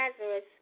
Nazareth